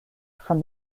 from